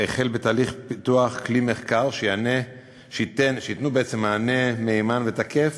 החל בתהליך פיתוח כלי מחקר שייתנו מענה מהימן ותקף